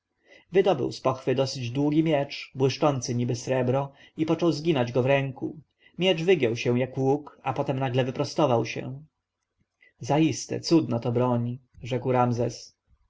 wydobył z pochwy dość długi miecz błyszczący niby srebro i począł zginać go w ręku miecz wygiął się jak łuk a potem nagle wyprostował się zaiste cudna to broń rzekł ramzes